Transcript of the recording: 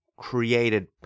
created